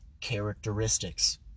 characteristics